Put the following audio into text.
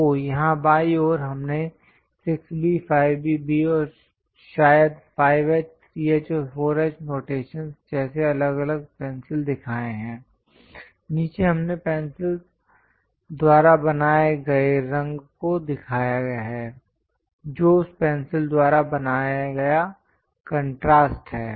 तो यहां बाईं ओर हमने 6B 5B B शायद 5H 3H और 4H नोटेशन जैसे अलग अलग पेंसिल दिखाए हैं नीचे हमने पेंसिल द्वारा बनाए गए रंग को दिखाया है जो उस पेंसिल द्वारा बनाया गया कंट्रास्ट है